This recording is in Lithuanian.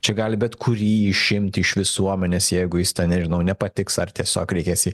čia gali bet kurį išimti iš visuomenės jeigu jis ten nežinau nepatiks ar tiesiog reikės jį